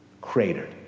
Cratered